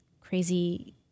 crazy